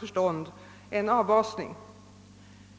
förstånd, en avbasning.